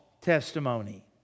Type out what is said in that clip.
testimony